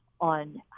on